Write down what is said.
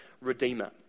redeemer